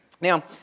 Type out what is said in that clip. Now